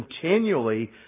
continually